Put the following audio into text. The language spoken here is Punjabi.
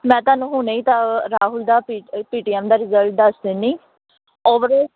ਮੈਂ ਤੁਹਾਨੂੰ ਹੁਣੇ ਹੀ ਤਾਂ ਰਾਹੁਲ ਦਾ ਪੀ ਪੀ ਟੀ ਐਮ ਦਾ ਰਿਜਲਟ ਦੱਸ ਦਿੰਨੀ ਓਵਰ